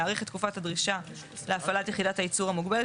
להאריך את תקופת הדרישה להפעלת יחידת הייצור המוגבלת,